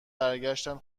برگشتن